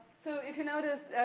so, if you notice,